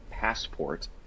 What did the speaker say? Passport